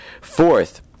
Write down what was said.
Fourth